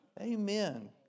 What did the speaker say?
Amen